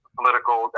political